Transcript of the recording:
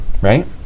Right